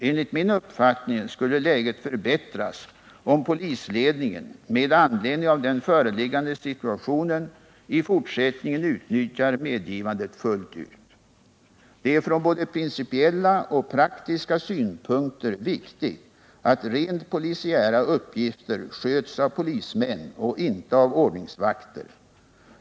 Enligt min uppfattning skulle läget förbättras om polisledningen, med anledning av den föreliggande situationen, i fortsättningen utnyttjar medgivandet fullt ut. Det är från både principiella och praktiska synpunkter viktigt att rent polisiära uppgifter sköts av polismän och inte av ordningsvakter.